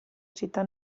città